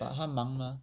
but 他忙 mah